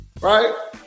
right